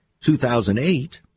2008